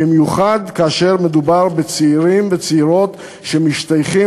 במיוחד כאשר מדובר בצעירים וצעירות שמשתייכים